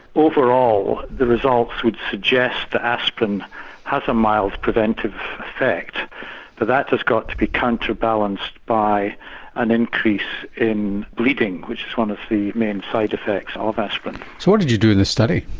overall the results would suggest that aspirin has a mild preventive effect but that has got to be counter-balanced by an increase in bleeding which is one of the main side effects ah of aspirin. so what did you do in this study?